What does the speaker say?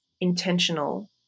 intentional